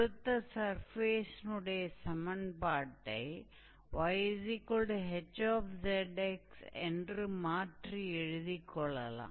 கொடுத்த சர்ஃபேஸினுடைய சமன்பாட்டை 𝑦ℎ𝑧𝑥 என்று மாற்றி எழுதிக் கொள்ளலாம்